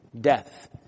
Death